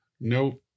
No